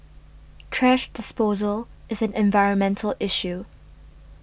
thrash disposal is an environmental issue